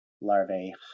larvae